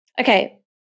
Okay